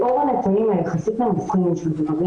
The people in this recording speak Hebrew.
לאור הנתונים של גברים